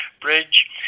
bridge